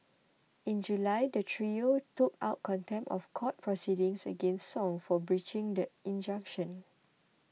in July the trio took out contempt of court proceedings against Song for breaching the injunction